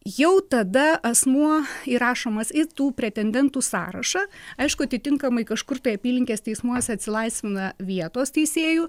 jau tada asmuo įrašomas į tų pretendentų sąrašą aišku atitinkamai kažkur tai apylinkės teismuose atsilaisvina vietos teisėjų